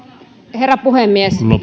herra puhemies